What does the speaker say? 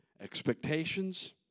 Expectations